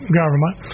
government